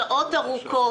שעות ארוכות,